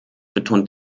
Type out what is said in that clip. betont